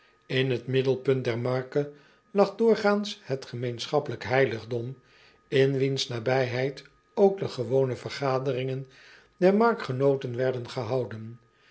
n het middelpunt der marke lag doorgaans het gemeenschappelijk heiligdom in wiens nabijheid ook de gewone vergaderingen der markgenooten werden gehouden